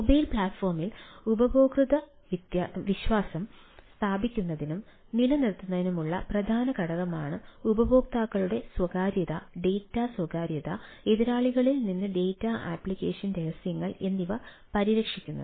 mobile പ്ലാറ്റ്ഫോമിൽ ഉപഭോക്തൃ വിശ്വാസം സ്ഥാപിക്കുന്നതിനും നിലനിർത്തുന്നതിനുമുള്ള പ്രധാന ഘടകമാണ് ഉപയോക്താക്കളുടെ സ്വകാര്യത ഡാറ്റ സ്വകാര്യത എതിരാളികളിൽ നിന്ന് ഡാറ്റാ ആപ്ലിക്കേഷൻ രഹസ്യങ്ങൾ എന്നിവ പരിരക്ഷിക്കുന്നത്